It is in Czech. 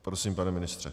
Prosím, pane ministře.